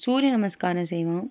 சூரிய நமஸ்காரம் செய்வோம்